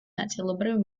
ნაწილობრივ